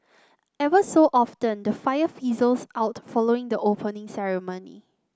ever so often the fire fizzles out following the Opening Ceremony